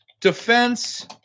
Defense